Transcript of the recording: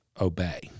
obey